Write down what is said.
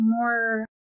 more